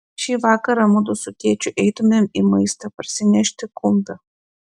šį vakarą mudu su tėčiu eitumėm į maistą parsinešti kumpio